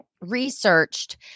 researched